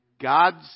God's